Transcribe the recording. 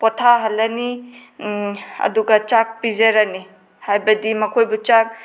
ꯄꯣꯊꯥꯍꯜꯂꯅꯤ ꯑꯗꯨꯒ ꯆꯥꯛ ꯄꯤꯖꯔꯅꯤ ꯍꯥꯏꯕꯗꯤ ꯃꯈꯣꯏꯕꯨ ꯆꯥꯛ